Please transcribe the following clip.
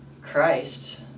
Christ